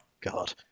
god